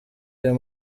ayo